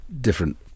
different